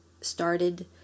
started